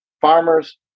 farmers